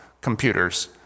computers